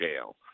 scale